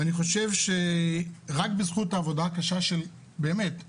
אני חושב שרק בזכות העבודה הקשה של המוסדות,